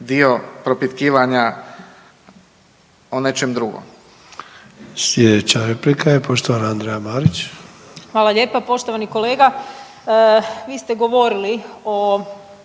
dio propitkivanja o nečem drugom.